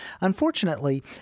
Unfortunately